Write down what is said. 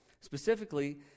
Specifically